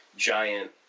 giant